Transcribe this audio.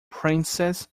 princess